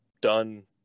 done